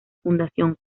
fundación